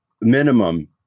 minimum